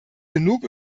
genug